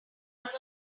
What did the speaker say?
was